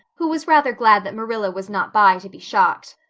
who was rather glad that marilla was not by to be shocked.